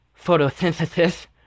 Photosynthesis